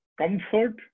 comfort